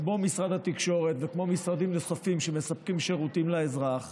כמו משרד התקשורת וכמו משרדים נוספים שמספקים שירותים לאזרח.